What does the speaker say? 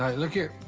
um look here,